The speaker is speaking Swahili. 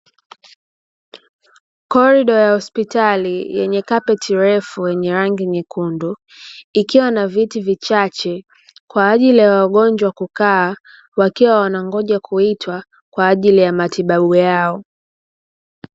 Kolido ya hospitali yenye kapeti refu yenye rangi nyekundu ikiwa na viti vichache kwa ajili ya wagonjwa kukaa wakiwa wanangoja kuitwa kwa ajili ya matibabu yao.